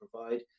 provide